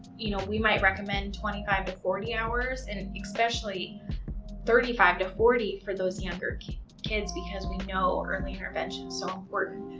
you know, we might recommend twenty five to forty hours and especially thirty five to forty for those younger kids because we know early intervention is so important,